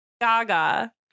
Gaga